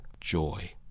joy